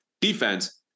defense